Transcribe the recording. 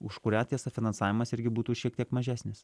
už kurią tiesa finansavimas irgi būtų šiek tiek mažesnis